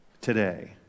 today